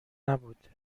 نبود